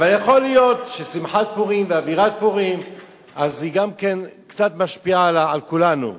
אבל יכול להיות ששמחת פורים ואווירת פורים גם כן קצת משפיעה על כולנו.